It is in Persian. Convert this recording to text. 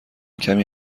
کمی